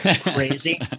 crazy